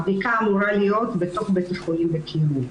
הבדיקה אמורה להיות בתוך בית החולים בקירור.